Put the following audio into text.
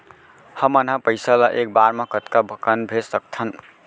हमन ह पइसा ला एक बार मा कतका कन भेज सकथन?